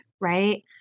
Right